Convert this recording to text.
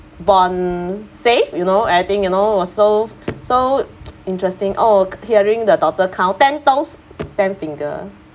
born safe you know everything you know was so so interesting oh hearing the doctor count ten toes ten finger